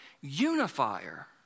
unifier